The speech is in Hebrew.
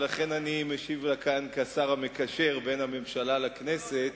ולכן אני משיב עליה כאן כשר המקשר בין הממשלה לכנסת.